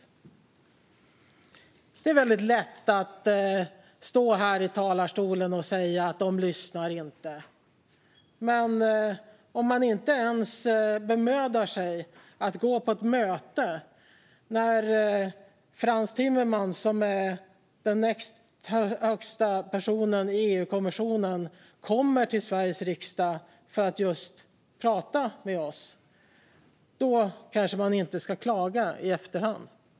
Det är väldigt lätt att stå här i talarstolen och säga att de inte lyssnar, men om man inte ens bemödar sig att gå på ett möte när Frans Timmermans, som är den näst högsta personen i EU-kommissionen, kommer till Sveriges riksdag just för att prata med oss kanske man inte ska klaga i efterhand.